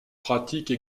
pratique